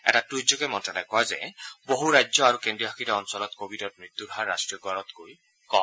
এটা টুইটযোগে মন্তালয়ে কয় যে বহু ৰাজ্য আৰু কেন্দ্ৰীয় শাসিত অঞ্চলত ক'ভিডত মৃত্যুৰ হাৰ ৰাট্টীয় গড়তকৈ কম